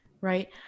right